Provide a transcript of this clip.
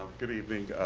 good evening.